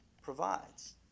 Provides